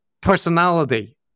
personality